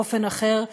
באופן אחר,